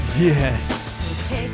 yes